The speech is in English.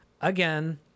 Again